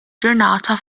ġurnata